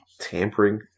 tampering